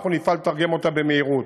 ואנחנו נפעל לתרגם אותה במהירות.